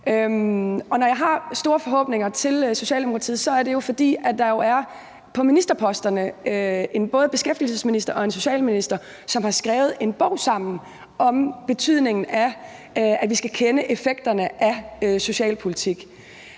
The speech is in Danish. Når jeg har store forhåbninger til Socialdemokratiet, er det jo, fordi der på ministerposterne både er en beskæftigelsesminister og en socialminister, som har skrevet en bog sammen om betydningen af, at vi skal kende effekterne af socialpolitik.